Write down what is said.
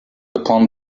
upon